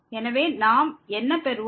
எனவே நாம் என்ன பெறுவோம்